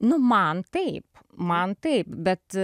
nu man taip man taip bet